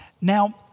Now